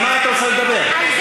על מה שהיה פה עד עכשיו?